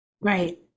Right